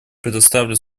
предоставлю